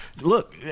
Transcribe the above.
Look